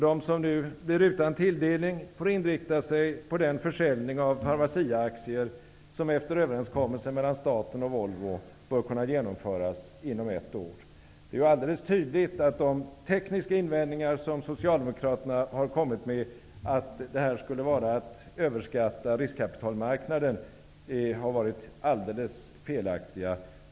De som blir utan tilldelning får inrikta sig på den försäljning av Pharmacia-aktier som efter överenskommelsen mellan staten och Volvo bör kunna genomföras inom ett år. Det är alldeles tydligt att de tekniska invändningar som Socialdemokraterna kommit med, att detta skulle vara att överskatta riskkapitalmarknaden, har varit alldeles felaktiga.